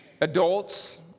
adults